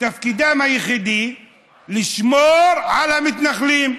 תפקידם היחיד הוא לשמור על המתנחלים.